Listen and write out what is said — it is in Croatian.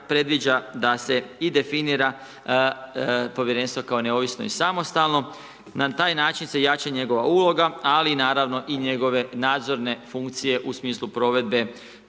da se i definira povjerenstvo kao neovisno i samostalno. Na taj način se jača njegova uloga, ali i naravno i njegove nadzorne funkcije u smislu provedbe